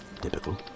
typical